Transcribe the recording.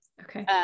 Okay